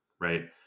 Right